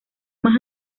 más